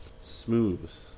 smooth